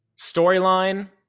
Storyline